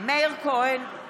מאיר כהן,